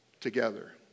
together